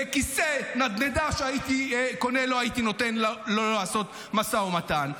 לכיסא נדנדה שהייתי קונה לא הייתי נותן לו לעשות משא ומתן.